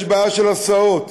יש בעיה של הסעות.